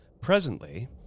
Presently